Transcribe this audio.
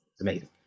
amazing